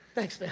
thanks